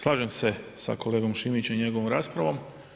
Slažem se sa kolegom Šimićem i njegovom raspravom.